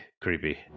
creepy